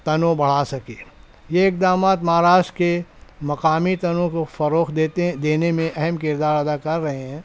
تنوع بڑھا سکیں یہ اقدامات مہاراشٹر کے مقامی تنوع کو فروغ دیتے دینے میں اہم کردار ادا کر رہے ہیں